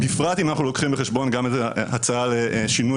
בפרט אם אנחנו לוקחים בחשבון גם את ההצעה לשינוי